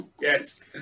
Yes